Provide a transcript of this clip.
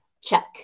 check